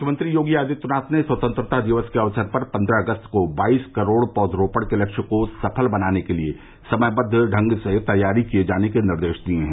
मुख्यमंत्री योगी आदित्यनाथ ने स्वतंत्रता दिवस के अवसर पर पन्द्रह अगस्त को बाईस करोड़ पौधरोपण के लक्ष्य को सफल बनाने के लिए समयबद्ध ढंग से तैयारी किये जाने के निर्देश दिये हैं